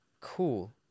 Cool